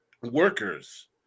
workers